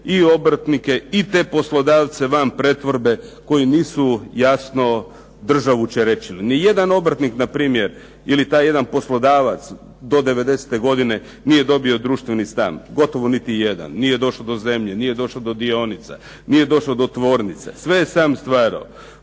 i obrtnike i te poslodavce van pretvorbe koji nisu jasno, državu čerečili. Nijedan obrtnik npr. ili taj jedan poslodavac do '90.-te godine nije dobio društveni stan, gotovo niti jedan. Nije došao do zemlje, nije došao do dionica, nije došao do tvornice, sve je sam stvarao.